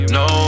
no